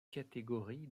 catégories